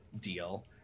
deal